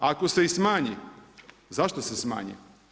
Ako se i smanji, zašto se smanji?